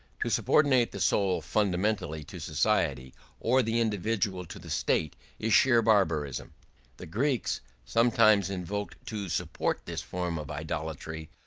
to subordinate the soul fundamentally to society or the individual to the state is sheer barbarism the greeks, sometimes invoked to support this form of idolatry,